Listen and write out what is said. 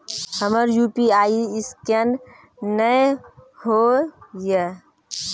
हमर UPI scan नेय हो या?